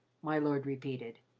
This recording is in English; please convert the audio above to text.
my lord repeated.